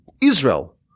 Israel